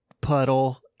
puddle